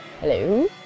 Hello